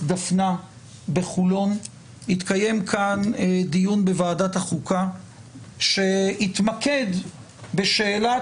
דפנה בחולון התקיים כאן דיון בוועדת החוקה שהתמקד בשאלת